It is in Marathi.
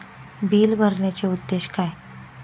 बिल भरण्याचे उद्देश काय?